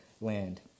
land